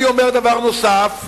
אני אומר דבר נוסף,